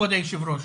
כבוד היו"ר.